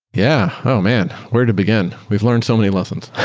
yeah. oh, man. where to begin? we've learned so many lessons.